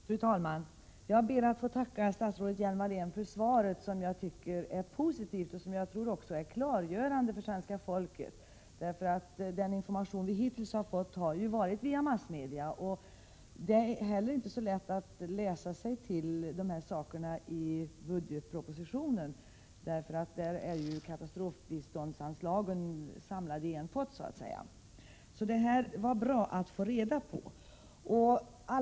Fru talman! Jag ber att få tacka statsrådet Lena Hjelm-Wallén för svaret, som jag tycker är positivt och som jag också tror är klargörande för svenska folket. Den information som vi hittills har fått har ju lämnats via massmedia, och det är inte heller så lätt att i budgetpropositionen läsa sig till hur Prot. 1987/88:101 förhållandena är. Där är ju katastrofbiståndsanslaget samlat i en pott, så att 15 april 1988 säga. Det var alltså bra att få reda på detta.